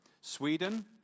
Sweden